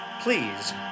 please